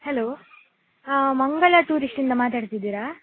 hello Mangala ಟೂರಿಸ್ಟಿಂದ ಮಾತಾಡ್ತಿದ್ದೀರ